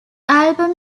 album